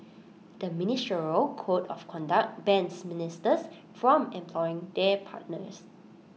the ministerial code of conduct bans ministers from employing their partners